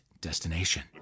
destination